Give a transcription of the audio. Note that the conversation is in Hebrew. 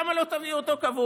למה לא תביאו אותו כקבוע?